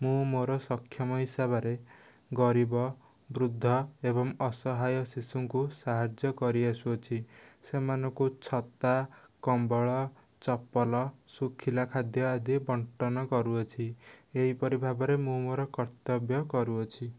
ମୁଁ ମୋର ସକ୍ଷମ ହିସାବରେ ଗରିବ ବୃଦ୍ଧା ଏବଂ ଅସହାୟ ଶିଶୁଙ୍କୁ ସାହାଯ୍ୟ କରି ଆସୁଅଛି ସେମାନଙ୍କୁ ଛତା କମ୍ବଳ ଚପଲ ଶୁଖିଲା ଖାଦ୍ୟ ଆଦି ବଣ୍ଟନ କରୁଅଛି ଏହିପରି ଭାବରେ ମୁଁ ମୋର କର୍ତ୍ତବ୍ୟ କରୁଅଛି